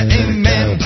amen